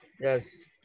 Yes